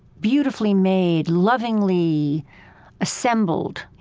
beautifully made, lovingly assembled.